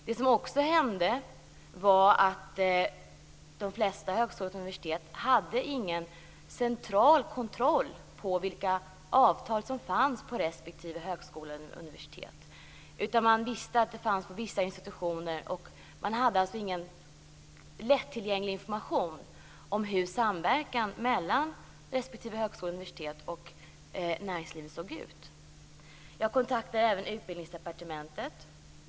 Det visade sig också att de flesta högskolor och universitet inte hade någon central kontroll över vilka avtal som fanns på respektive högskola och universitet. Man visste att det fanns avtal på vissa institutioner, men man hade ingen lättillgänglig information om hur samverkan mellan respektive högskola och universitet och näringslivet såg ut. Jag kontaktade även Utbildningsdepartementet.